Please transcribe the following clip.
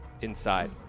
inside